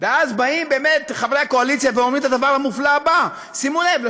ואז באים באמת חברי הקואליציה ואומרים את הדבר המופלא הבא: שימו לב,